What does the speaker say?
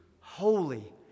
holy